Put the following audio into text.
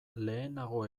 lehenago